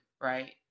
right